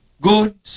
good